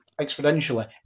exponentially